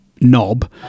Knob